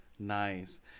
Nice